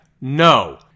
No